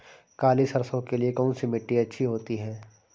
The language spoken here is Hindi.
काली सरसो के लिए कौन सी मिट्टी अच्छी होती है?